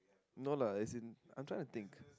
no lah it's in I'm trying to think